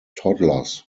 toddlers